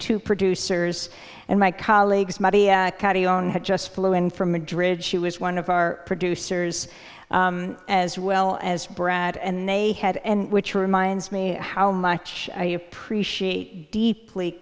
two producers and my colleagues had just flew in from madrid she was one of our producers as well as brad and they had and which reminds me how much i appreciate deeply